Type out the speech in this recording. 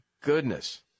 goodness